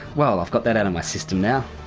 well i've got that out of my system now.